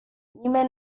nimeni